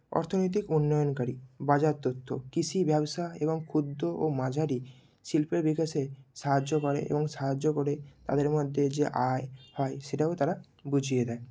অর্থনৈতিক উন্নয়নকারী বাজার তথ্য কৃষি ব্যবসা এবং ক্ষুদ্র ও মাঝারি শিল্পের বিকাশে সাহায্য করে এবং সাহায্য করে তাদের মধ্যে যে আয় হয় সেটাও তারা বুঝিয়ে দেয়